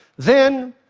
then,